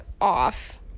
off